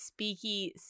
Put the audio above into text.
speaky